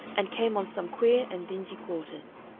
and came on some queer and dingy quarters.